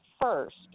first